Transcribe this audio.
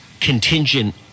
contingent